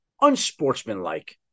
unsportsmanlike